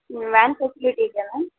van facility ಇದೆಯಾ ma'am